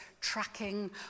tracking